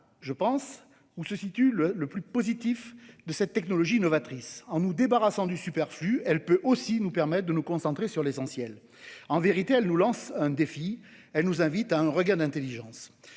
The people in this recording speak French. je pense, que se situe l'aspect le plus positif de cette technologie novatrice : en nous débarrassant du superflu, elle peut aussi nous permettre de nous concentrer sur l'essentiel. En vérité, elle nous lance un défi : elle nous invite à un regain d'intelligence.